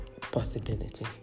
possibility